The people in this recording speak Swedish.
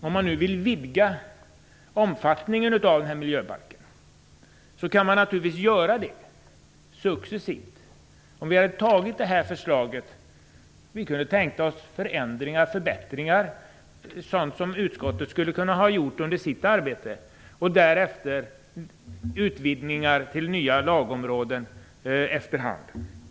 Om man vill vidga omfattningen av den här miljöbalken kan man naturligtvis successivt göra det. Vi hade kunnat tänka oss förändringar och förbättringar - sådant som utskottet hade kunnat sköta i samband med sitt arbete. Därefter handlar det om en utvidgning till nya lagområden efter hand.